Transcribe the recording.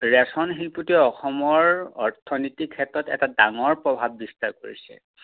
ৰেশম শিল্পটোয়ে অসমৰ অৰ্থনীতিৰ ক্ষেত্ৰত এটা ডাঙৰ প্ৰভাৱ বিস্তাৰ কৰিছে